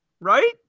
Right